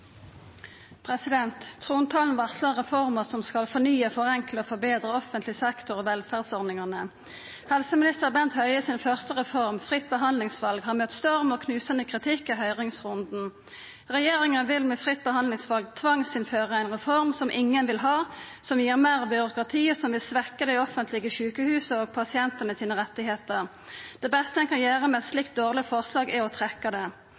salen. Trontalen varslar reformer som skal fornya, forenkla og forbetra offentleg sektor og velferdsordningane. Helseminister Bent Høies første reform, fritt behandlingsval, har møtt storm og knusande kritikk i høyringsrunden. Regjeringa vil med fritt behandlingsval tvangsinnføra ei reform som ingen vil ha, og som vil gi meir byråkrati og svekkja dei offentlege sjukehusa og pasientanes rettar. Det beste ein kan gjera med eit slikt dårleg forslag, er å trekkja det.